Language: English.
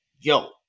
yo